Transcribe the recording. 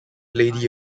lady